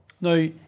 Now